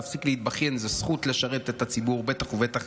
תפסיק להתבכיין, זו זכות לשרת את הציבור, בטח ובטח